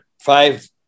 five